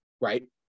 Right